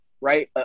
right